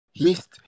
missed